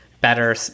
better